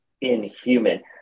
inhuman